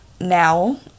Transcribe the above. now